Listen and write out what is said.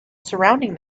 surrounding